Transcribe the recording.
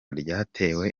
ryatewe